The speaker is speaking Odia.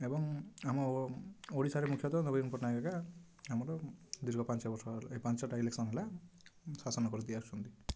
ଏବଂ ଆମ ଓଡ଼ିଶାର ମୁଖ୍ୟତଃ ନବୀନ ପଟ୍ଟନାୟକ ଆକା ଆମର ଦୀର୍ଘ ପାଞ୍ଚ ବର୍ଷ ପାଞ୍ଚଟା ଇଲେକ୍ସନ୍ ହେଲା ଶାସନ କରିଦେଇ ଆସୁଛନ୍ତି